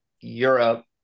Europe